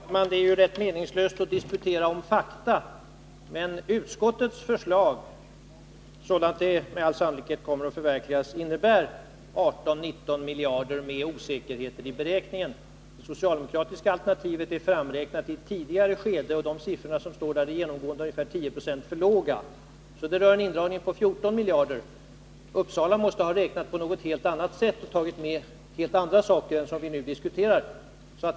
Herr talman! Det är ju rätt meningslöst att diskutera om fakta. Men utskottets förslag, sådant det med all sannolikhet kommer att förverkligas, innebär 18-19 miljarder med osäkerheter i beräkningen. Det socialdemokratiska alternativet är framräknat i ett tidigare skede, och de siffror som anges där är genomgående ungefär 10-15 90 för låga. Det är fråga om en indragning på 14 miljarder. Uppsala måste ha räknat på något helt annat sätt och tagit med helt andra saker än vad vi nu diskuterar.